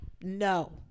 No